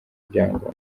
ibyangombwa